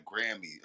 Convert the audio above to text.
Grammy